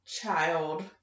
child